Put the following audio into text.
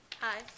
hi